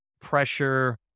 pressure